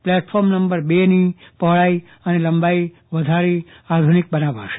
platform નંબરની પહોળાઈ અને લંબાઈ વધારી આધુનીક બનાવાશે